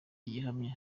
gihamya